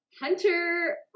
Hunter